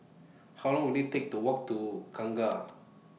How Long Will IT Take to Walk to Kangkar